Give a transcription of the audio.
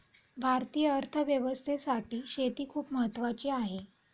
भारतीय अर्थव्यवस्थेसाठी शेती खूप महत्त्वाची आहे